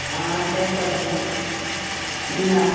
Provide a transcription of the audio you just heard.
हँ छै सब्जी झीङ्गा